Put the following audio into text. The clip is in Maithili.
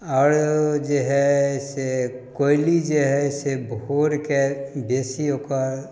आओर जे हइ से कोइली जे हइ से भोरके बेसी ओकर